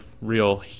real